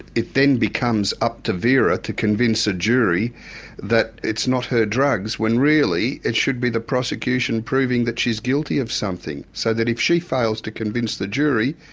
it then becomes up to vera to convince a jury that it's not her drugs, when really it should be the prosecution proving that she's guilty of something. so that if she fails to convince the jury,